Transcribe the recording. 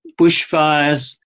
bushfires